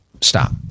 Stop